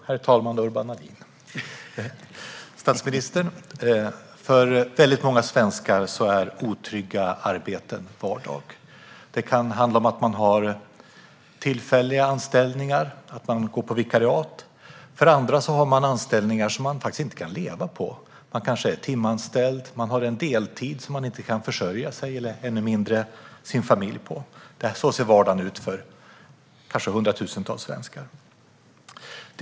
Herr talman! För många svenskar är otrygga arbeten vardag. Man kan ha tillfälliga anställningar eller gå på vikariat. Andra har anställningar som de faktiskt inte kan leva på. De kanske är timanställda eller har en deltid som de inte kan försörja sig eller, ännu mindre, sin familj på. Så ser vardagen ut för kanske hundratusentals svenskar.